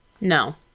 No